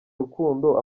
rukundo